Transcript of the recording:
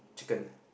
chicken